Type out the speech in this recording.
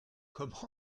comment